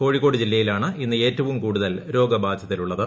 കോഴിക്കോട് ജില്ലയിലാണ് ഇന്ന് ഏറ്റവും കൂടുതൽ രോഗബാധിതരുള്ളത്